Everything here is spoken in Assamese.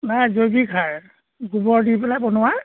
নাই জৈৱিক সাৰ গোবৰ দি পেলাই বনোৱা